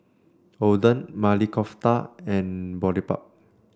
Oden Maili Kofta and Boribap